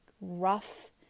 rough